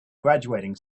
graduating